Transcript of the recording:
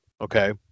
Okay